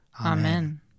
Amen